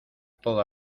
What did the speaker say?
toda